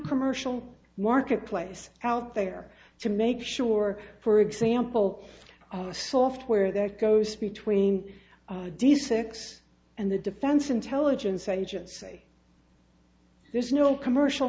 commercial marketplace out there to make sure for example the software that goes between the sex and the defense intelligence agency there's no commercial